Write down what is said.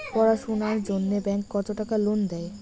পড়াশুনার জন্যে ব্যাংক কত টাকা লোন দেয়?